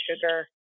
sugar